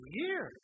year